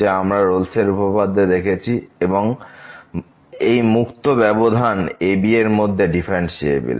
এটি আমরা রোলস উপপাদ্য এ দেখেছি এবং এই মুক্ত ব্যবধান ab এর মধ্যে ডিফারেন্সিএবেল